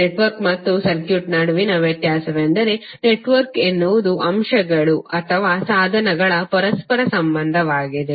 network ಮತ್ತು circuit ನಡುವಿನ ವ್ಯತ್ಯಾಸವೆಂದರೆ ನೆಟ್ವರ್ಕ್ ಎನ್ನುವುದು ಅಂಶಗಳು ಅಥವಾ ಸಾಧನಗಳ ಪರಸ್ಪರ ಸಂಪರ್ಕವಾಗಿದೆ